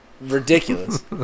ridiculous